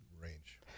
range